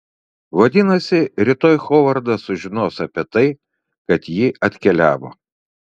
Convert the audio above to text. vadinasi rytoj hovardas sužinos apie tai kad ji atkeliavo